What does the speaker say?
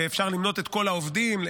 ואפשר למנות את כל העובדים,